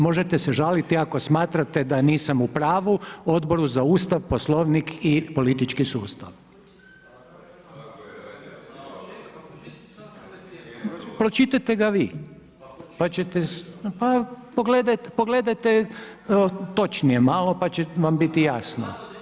Možete se žaliti ako smatrate da nisam u pravu Odboru za Ustav, Poslovnik i politički sustav. … [[Upadica se ne čuje.]] Pročitajte ga vi, pa ćete, pa pogledajte točnije malo, pa će vam biti jasno.